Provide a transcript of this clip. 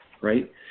right